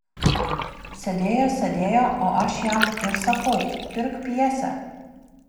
sėdėjo sėdėjo o aš jam ir sakau pirk pjesę